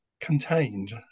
contained